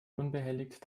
unbehelligt